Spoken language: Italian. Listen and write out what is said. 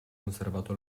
conservato